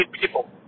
people